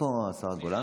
איפה השרה גולן?